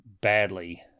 badly